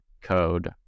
code